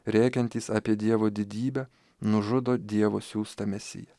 rėkiantys apie dievo didybę nužudo dievo siųstą mesiją